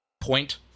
point